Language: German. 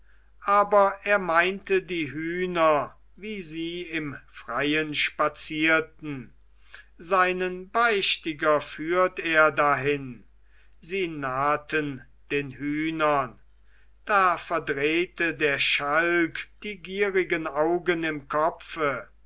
aber er meinte die hühner wie sie im freien spazierten seinen beichtiger führt er dahin sie nahten den hühnern da verdrehte der schalk die gierigen augen im kopfe